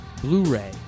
Blu-ray